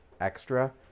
extra